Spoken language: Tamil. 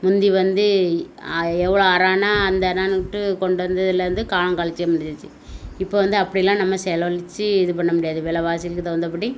முந்தி வந்து எவ்வளோ அரயனா அந்தனானுட்டு கொண்டு வந்ததுலேருந்து காலம் கழிச்சே முடிஞ்சிருச்சு இப்போ வந்து அப்படிலாம் நம்ம செலவழிச்சி இது பண்ணமுடியாது வெலைவாசிகளுக்கு தகுந்தபடி